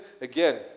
again